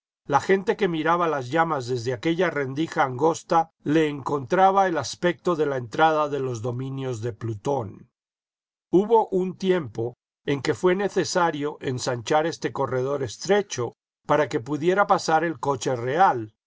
la gente que miraba las llamas desde aquella rendija angosta le encontraba el aspecto de la entrada de los dominios de plutón hubo un tiempo en que fué necesario ensanchar este corredor estrecho para que pudiera pasar el coche real